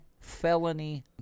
felony